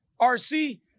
RC